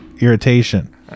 irritation